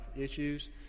issues